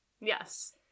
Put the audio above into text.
Yes